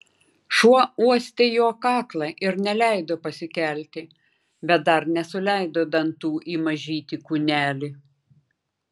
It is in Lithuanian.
šuo uostė jo kaklą ir neleido pasikelti bet dar nesuleido dantų į mažytį kūnelį